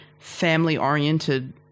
family-oriented